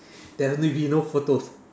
there will only be no photos